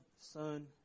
Son